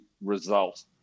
result